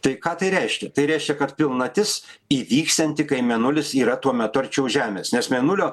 tai ką tai reiškia tai reiškia kad pilnatis įvyksianti kai mėnulis yra tuo metu arčiau žemės nes mėnulio